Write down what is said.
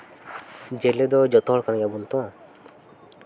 ᱡᱮᱞᱮ ᱫᱚ ᱡᱚᱛᱚ ᱦᱚᱲ ᱠᱟᱱ ᱜᱮᱭᱟᱵᱚᱱ ᱛᱚ